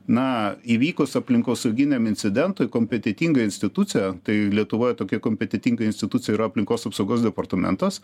na įvykus aplinkosauginiam incidentui kompetentinga institucija tai lietuvoje tokia kompetentinga institucija yra aplinkos apsaugos departamentas